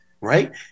right